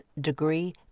degree